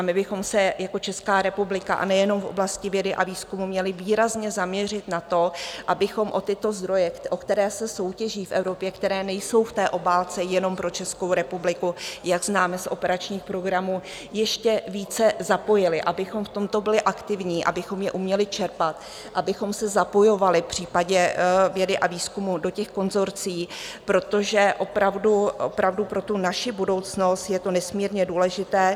My bychom se jako Česká republika, a nejenom v oblasti vědy a výzkumu, měli výrazně zaměřit na to, abychom o tyto zdroje, o které se soutěží v Evropě, které nejsou v té obálce jenom pro Českou republiku, jak známe z operačních programů, ještě více zapojili, abychom v tomto byli aktivní, abychom je uměli čerpat, abychom se zapojovali v případě vědy a výzkumu do těch konsorcií, protože opravdu pro naši budoucnost je to nesmírně důležité.